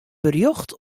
berjocht